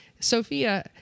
Sophia